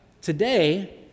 Today